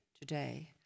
today